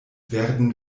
werden